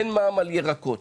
אין מע"מ על ירקות.